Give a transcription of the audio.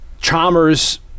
Chalmers